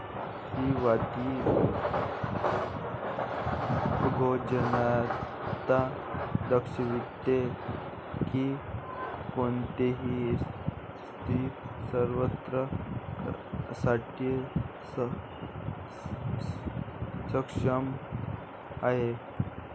स्त्रीवादी उद्योजकता दर्शविते की कोणतीही स्त्री स्वतः साठी सक्षम आहे